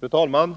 Fru talman!